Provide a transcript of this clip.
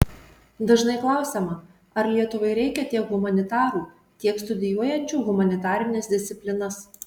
dažnai klausiama ar lietuvai reikia tiek humanitarų tiek studijuojančių humanitarines disciplinas